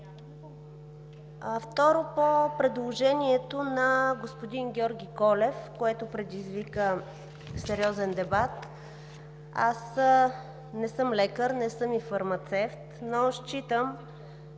Второ, по предложението на господин Георги Колев, което предизвика сериозен дебат. Аз не съм лекар, не съм и фармацевт, но считам,